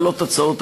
להעלות הצעות,